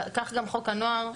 כך גם חוק הנוער.